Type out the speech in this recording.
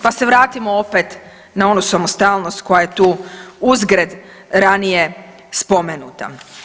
Pa se vratimo opet na onu samostalnost koja je tu uzgred ranije spomenuta.